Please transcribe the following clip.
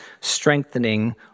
strengthening